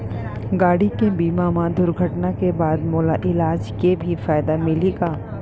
गाड़ी के बीमा मा दुर्घटना के बाद मोला इलाज के भी फायदा मिलही का?